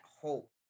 hope